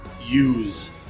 use